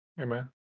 amen